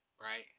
Right